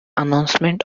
announcement